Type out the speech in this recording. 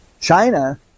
China